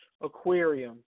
aquarium